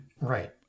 Right